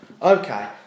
Okay